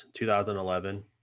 2011